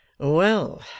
Well